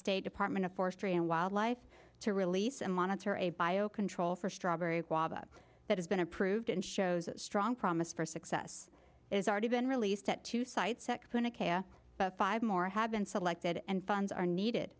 state department of forestry and wildlife to release and monitor a bio control for strawberry guava that has been approved and shows strong promise for success is already been released at two sites but five more have been selected and funds are needed